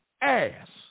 ass